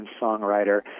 songwriter